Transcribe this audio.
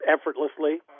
effortlessly